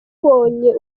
umubonye